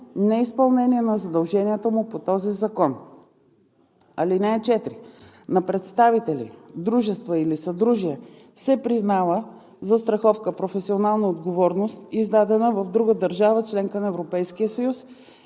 неизпълнение на задълженията му по този закон. (4) На представители, дружества или съдружия се признава застраховка „Професионална отговорност“, издадена в друга държава – членка на Европейския съюз,